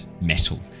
metal